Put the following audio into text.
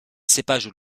cépages